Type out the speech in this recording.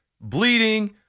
bleeding